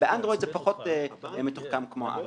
באנדרואיד זה פחות מתוחכם כמו אפל.